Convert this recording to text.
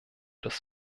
das